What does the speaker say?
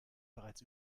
bereits